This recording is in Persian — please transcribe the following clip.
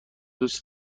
دوست